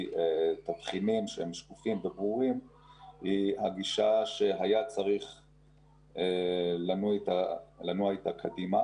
תבחינים שקופים וברורים היא הגישה שהיה צריך לנוע איתה קדימה.